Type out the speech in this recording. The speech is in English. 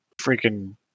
freaking